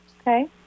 Okay